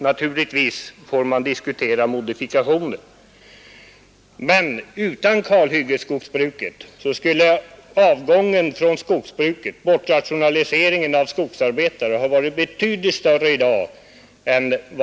Naturligtvis får man diskutera modifikationer i kalhyggesskogsbruket, men utan detta skulle avgången från skogsbruket och bortrationaliseringen av skogsarbetare ha varit betydligt större i dag.